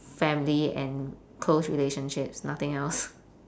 family and close relationships nothing else